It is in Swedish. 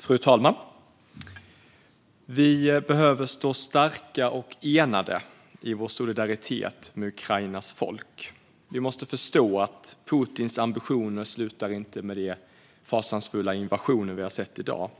Fru talman! Vi behöver stå starka och enade i vår solidaritet med Ukrainas folk. Vi måste förstå att Putins ambitioner inte slutar med de fasansfulla invasioner som vi har sett i dag.